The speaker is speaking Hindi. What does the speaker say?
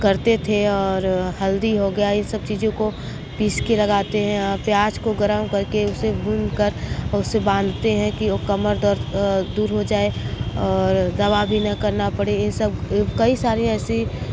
करते थे और हल्दी हो गया इन सब चीज़ों को पीसकर लगाते हैं प्याज़ को गरम करके उसे भूनकर उसे बांधते हैं कि वो कमर दर्द दूर हो जाए और दवा भी न करना पड़े इस सब कई सारी ऐसी